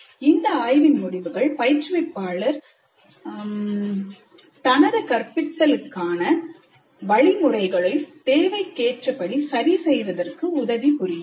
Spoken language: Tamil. இந்த விளக்கம் மற்றும் ஆய்வின் முடிவுகள் பயிற்றுவிப்பாளர் தனது கற்பித்தலுக்கான வழிமுறைகளை தேவைக்கேற்றபடி சரி செய்வதற்கு உதவி புரியும்